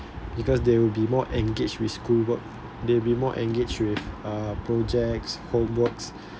because they will be more engaged with schoolwork they'll be more engaged with uh projects homeworks